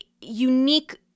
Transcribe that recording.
unique